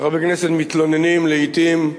חברי כנסת מתלוננים לעתים,